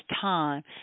time